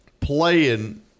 playing